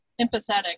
empathetic